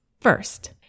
First